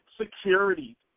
security